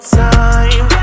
time